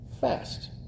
fast